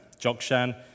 Jokshan